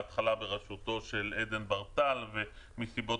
בהתחלה בראשותו של עדן ברטל ומסיבות